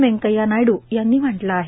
वेंकय्या नायड्र यांनी म्हटलं आहे